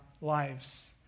lives